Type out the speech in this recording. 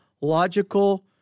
logical